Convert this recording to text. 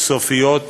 סופיות לשר.